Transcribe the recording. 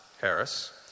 Harris